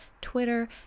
Twitter